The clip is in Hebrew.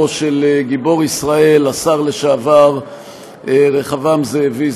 של גיבור ישראל השר לשעבר רחבעם זאבי,